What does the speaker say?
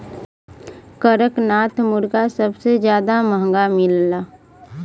कड़कनाथ मुरगा सबसे जादा महंगा मिलला